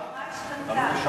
החברה השתנתה.